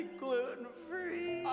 gluten-free